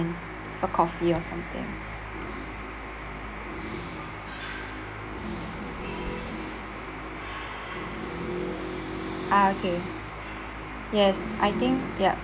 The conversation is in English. for coffee or something ah okay yes I think yup